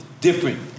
different